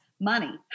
money